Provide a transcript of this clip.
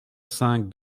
cinq